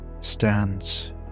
stands